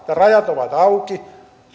rajat ovat auki